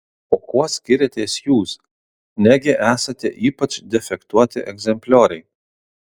o kuo skiriatės jūs negi esate ypač defektuoti egzemplioriai